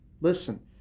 Listen